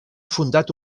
fundat